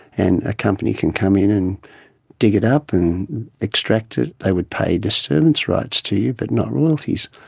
and a company can come in and dig it up and extract it. they will pay disturbance rights to you but not royalties.